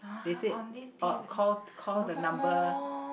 they said oh call call the number